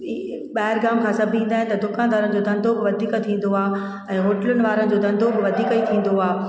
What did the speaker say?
ॿाहिरि गांव खां सभु ईंदा आहिनि त दुकानदारनि खे धंधो वधीक थींदो आहे ऐं होटलनि वारनि जो धंधो बि वधीक ही थींदो आहे